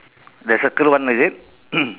the circle one is it